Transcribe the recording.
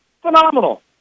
Phenomenal